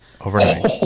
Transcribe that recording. overnight